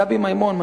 גבי מימון,